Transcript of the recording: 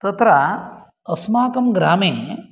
तत्र अस्माकं ग्रामे